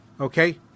Okay